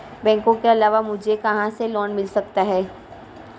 बैंकों के अलावा मुझे कहां से लोंन मिल सकता है?